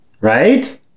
Right